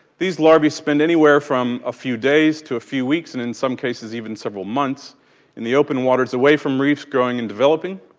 these larva spend anywhere from a few days to a few weeks and in some cases even several months in the open waters away from reefs growing and developing.